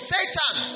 Satan